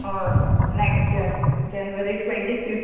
हय next year January twenty fifth